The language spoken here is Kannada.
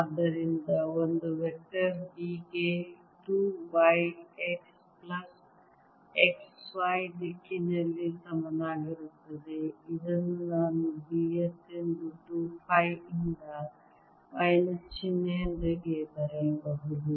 ಆದ್ದರಿಂದ ಒಂದು ವೆಕ್ಟರ್ B ಗೆ 2 y x plus x y ದಿಕ್ಕಿನಿಂದ ಸಮನಾಗಿರುತ್ತದೆ ಇದನ್ನು ನಾನು B s ಎಂದು 2 ಫೈ ಯಿಂದ ಮೈನಸ್ ಚಿಹ್ನೆಯೊಂದಿಗೆ ಬರೆಯಬಹುದು